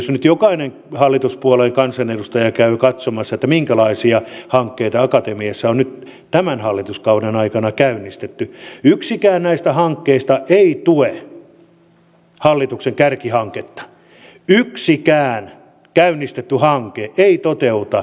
jos nyt jokainen hallituspuolueen kansanedustaja käy katsomassa minkälaisia hankkeita akatemiassa on nyt tämän hallituskauden aikana käynnistetty niin yksikään näistä hankkeista ei tue hallituksen kärkihanketta yksikään käynnistetty hanke ei toteuta hallituksen kärkihanketta